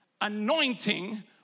anointing